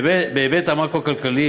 בהיבט המקרו-כלכלי,